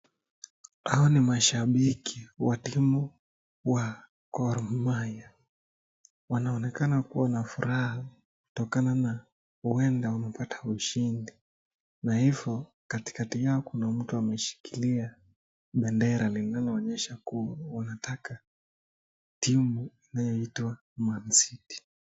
Hawa ni mashabiki wa timu wa Gor Mahia, wanaonekana kuwa na furaha kutokana na huenda wamepata ushindi. Na hivyo katikati yao kuna mtu ameshikilia bendera linaloonyesha kuwa wanataka timu inayoitwa Man City.